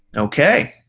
okay.